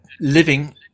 living